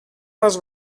μας